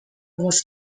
was